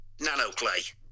Nanoclay